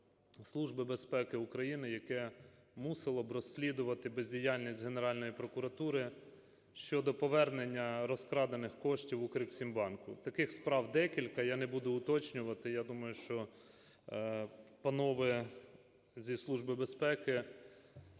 Служби Безпеки України, яке мусило б розслідувати бездіяльність Генеральної прокуратури щодо повернення розкрадених коштів "Укрексімбанку". Таких справ декілька, я не буду уточнювати, я думаю, що панове зі Служби безпеки